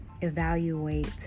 evaluate